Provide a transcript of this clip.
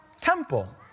temple